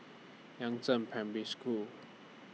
Yangzheng Primary School